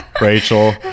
Rachel